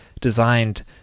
designed